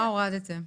מה הורדתם?